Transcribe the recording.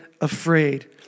afraid